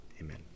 amen